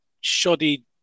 shoddy